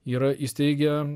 yra įsteigę